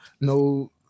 no